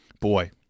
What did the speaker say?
boy